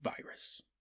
virus